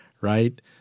Right